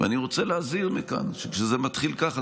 אני רוצה להזהיר מכאן שכשזה מתחיל ככה,